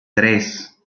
tres